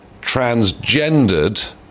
transgendered